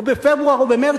או בפברואר או במרס,